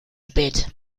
spät